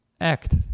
act